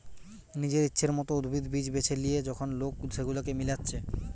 নিজের ইচ্ছের মত উদ্ভিদ, বীজ বেছে লিয়ে যখন লোক সেগুলাকে মিলাচ্ছে